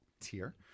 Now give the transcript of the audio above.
tier